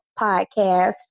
podcast